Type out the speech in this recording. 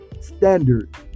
standard